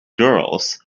girls